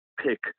pick